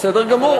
בסדר גמור.